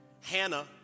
Hannah